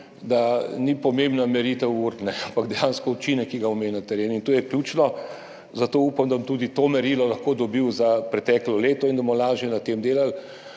da ni pomembna meritev ur, ampak dejansko učinek, ki ga bomo imeli na terenu, to je ključno. Zato upam, da bom tudi to merilo lahko dobili za preteklo leto in bomo lažje delali